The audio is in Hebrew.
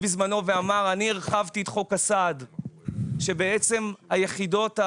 בזמנו ואמר שהוא הרחיב את חוק הסעד שבעצם יחידות,